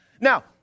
now